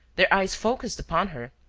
their eyes focussed upon her.